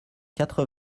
quatre